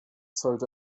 sollte